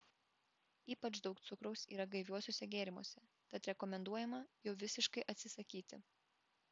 ypač daug cukraus yra gaiviuosiuose gėrimuose tad rekomenduojama jų visiškai atsisakyti